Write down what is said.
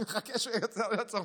אני מחכה שהוא יעצור,